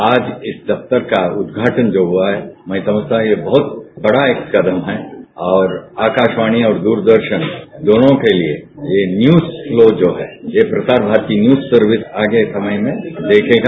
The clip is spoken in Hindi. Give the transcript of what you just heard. आज इस दफ्तर का उद्घाटन जो हुआ है मैं समझता हूं एक बहुत बड़ा ये कदम है और आकाशवाणी और दूरदर्शन दोनों के लिए ये न्यूज पलो जो है ये प्रसार भारती न्यूज़ सर्विस आगे समय में देखेगा